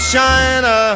China